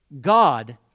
God